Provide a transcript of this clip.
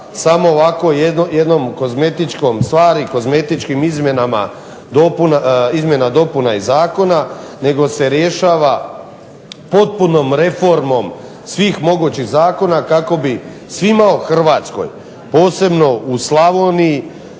samo ovako jednom kozmetičkim izmjenama, dopunama i Zakona nego se rješava potpunom reformom svih mogućih zakona kako bi svima u Hrvatskoj, posebno u Slavoniji,